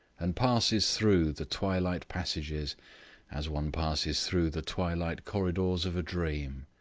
and passes through the twilight passages as one passes through the twilight corridors of a dream.